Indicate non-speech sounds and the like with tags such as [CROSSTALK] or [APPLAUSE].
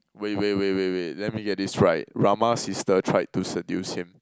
wait wait wait wait wait let me get this right [BREATH] Rama's sister tried to seduce him